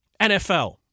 NFL